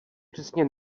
přesně